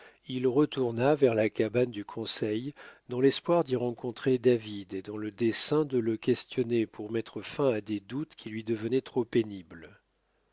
il retourna vers la cabane du conseil dans l'espoir d'y rencontrer david et dans le dessein de le questionner pour mettre fin à des doutes qui lui devenaient trop pénibles